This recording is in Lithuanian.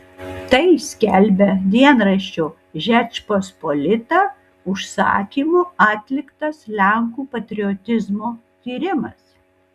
tai skelbia dienraščio žečpospolita užsakymu atliktas lenkų patriotizmo tyrimas